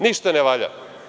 Ništa ne valja.